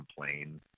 complain